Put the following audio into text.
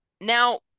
Now